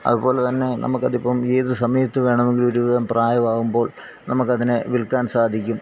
അതുപോലെത്തന്നെ നമുക്കതിപ്പം ഏത് സമയത്ത് വേണമെങ്കിലും ഒരുവിധം പ്രായമാകുമ്പോൾ നമുക്കതിനെ വിൽക്കാൻ സാധിക്കും